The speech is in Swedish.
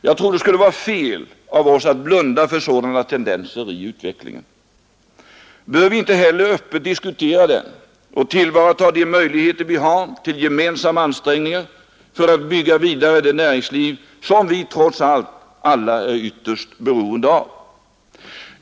Jag tror det skulle vara fel av oss att blunda för sådana tendenser i utvecklingen. Bör vi inte hellre öppet diskutera dem och tillvarata de möjligheter vi har till gemensamma ansträngningar för att bygga vidare på det näringsliv som vi alla trots allt är ytterst beroende av?